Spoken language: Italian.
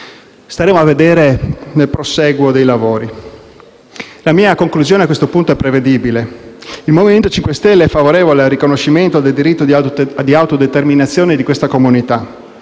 Staremo a vedere nel prosieguo dei lavori. La mia conclusione, a questo punto, è prevedibile: il Movimento 5 Stelle è favorevole al riconoscimento del diritto di autodeterminazione di questa comunità.